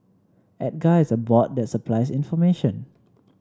Edgar is a bot that supplies information